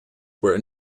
were